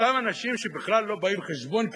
אותם אנשים שבכלל לא באים חשבון,